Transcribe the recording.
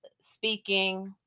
speaking